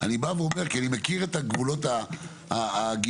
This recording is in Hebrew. אני מכיר את גבולות הגזרה,